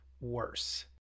worse